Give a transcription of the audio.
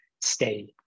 stay